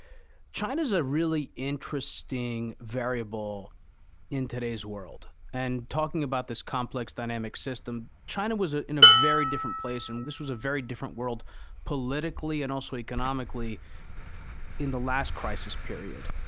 china's a really interesting variable in today's world. and talking about this complex dynamic system, china was ah in a very different place and this was a very different world politically and also economically in the last crisis period.